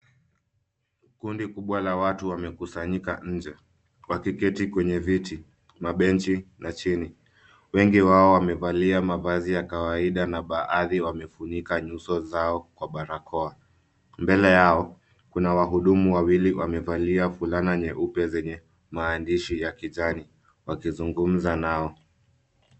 Kundi kubwa la watu wamekusanyika nje wakiketi kwenye viti, benches na chini. Wengi wao wamevalia mavazi ya kawaida na baadhi wamefunika nyuso zao kwa barakoa. Mbele yao, kuna wahudumu wawili wamevalia fulana nyeupe zenye maandishi ya kijani wakizungumza nao.